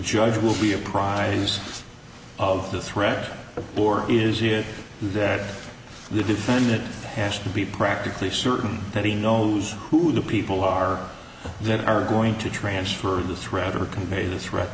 judge will be apprised of the threat or is it that the defendant has to be practically certain that he knows who the people are that are going to transfer the threat or convey the threat